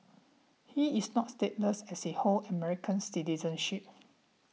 he is not stateless as he hold American citizenship